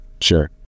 sure